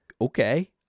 okay